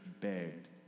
begged